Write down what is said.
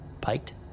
Piked